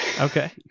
Okay